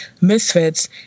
Misfits